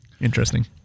Interesting